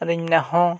ᱟᱫᱚᱧ ᱢᱮᱱᱮᱫᱟ ᱦᱮᱸ